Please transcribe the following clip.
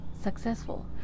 successful